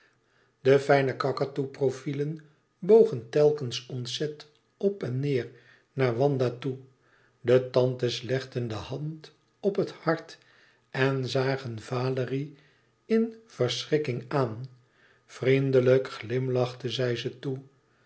de fijne kakatoe profielen bogen telkens ontzet op en neêr naar wanda toe de tantes legden de hand op het hart en zagen valérie in verschrikking aan vriendelijk glimlachte zij ze toe